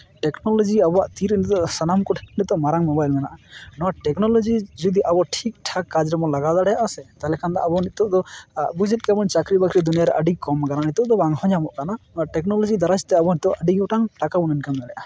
technology ᱟᱵᱚᱣᱟᱜ ᱛᱤ ᱨᱮ ᱱᱤᱛᱚᱜ ᱥᱟᱱᱟᱢ ᱠᱚᱴᱷᱮᱱ ᱱᱤᱛᱚᱜ ᱢᱟᱨᱟᱝ ᱢᱳᱵᱟᱭᱤᱞ ᱢᱮᱱᱟᱜᱼᱟ ᱱᱚᱣᱟ ᱴᱮᱠᱱᱳᱞᱚᱡᱤ ᱡᱩᱫᱤ ᱟᱵᱚ ᱴᱷᱤᱠ ᱴᱷᱟᱠ ᱠᱟᱡᱽ ᱨᱮᱵᱚᱱ ᱞᱟᱜᱟᱣ ᱫᱟᱲᱮᱭᱟᱜᱼᱟ ᱥᱮ ᱛᱟᱦᱞᱮ ᱠᱷᱟᱱ ᱫᱚ ᱟᱵᱚ ᱱᱤᱛᱚᱜ ᱫᱚ ᱵᱩᱡᱽ ᱮᱜ ᱜᱮᱭᱟᱵᱚᱱ ᱪᱟᱹᱠᱨᱤ ᱵᱟᱹᱠᱨᱤ ᱫᱩᱱᱭᱟᱹᱨᱮ ᱟᱹᱰᱤ ᱠᱚᱢ ᱟᱠᱟᱱᱟ ᱱᱤᱛᱚᱜ ᱫᱚ ᱵᱟᱝᱦᱚᱸ ᱧᱟᱢᱚᱜ ᱠᱟᱱᱟ ᱚᱱᱟ ᱴᱮᱠᱱᱳᱞᱚᱡᱤ ᱫᱟᱨᱟᱭᱛᱮ ᱟᱵᱚ ᱱᱤᱛᱚᱜ ᱟᱹᱰᱤ ᱜᱚᱴᱟᱝ ᱴᱟᱠᱟ ᱵᱚᱱ ᱤᱱᱠᱟᱢ ᱫᱟᱲᱮᱭᱟᱜᱼᱟ